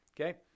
Okay